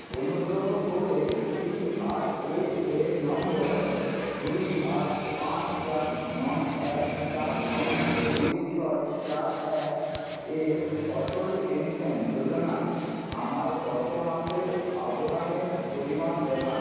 অনুগ্রহ করে পিআরএএন নম্বর দুই আট পাঁচ চার নয় এক চার নয় দুই ছয় চার এক এর অটল পেনশন যোজনায় আমার গত মাসের অবদানের পরিমাণ দেখান